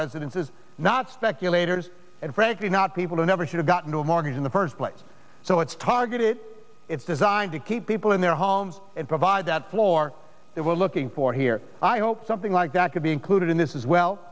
residences not speculators and frankly not people who never should have gotten a mortgage in the first place so it's targeted it's designed to keep people in their homes and provide that floor that we're looking for here i hope something like that could be included in this as well